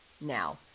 Now